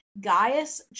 Gaius